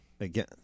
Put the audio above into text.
again